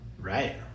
Right